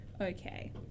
Okay